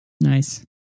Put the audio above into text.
Nice